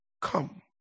Come